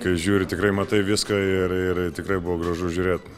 kai žiūri tikrai matai viską ir ir tikrai buvo gražu žiūrėt